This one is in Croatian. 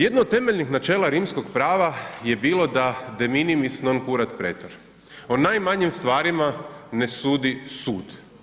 Jedno od temeljenih načela rimskog prava je bilo da „de minimis non curat praetor“, o najmanjim stvarima ne sudi sud.